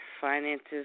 finances